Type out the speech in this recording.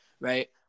right